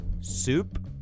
Soup